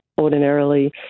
ordinarily